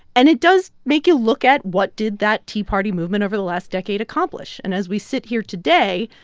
and it does make you look at, what did that tea party movement, over the last decade, accomplish? and as we sit here today,